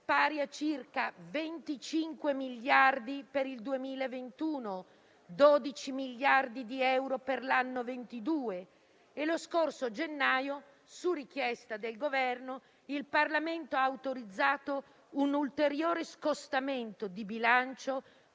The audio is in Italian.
pari a circa 25 miliardi per il 2021, 12 miliardi di euro per l'anno 2022 e lo scorso gennaio, su richiesta del Governo, il Parlamento ha autorizzato un ulteriore scostamento di bilancio